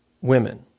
women